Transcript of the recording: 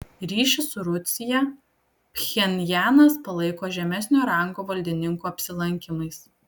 ryšį su rusija pchenjanas palaiko žemesnio rango valdininkų apsilankymais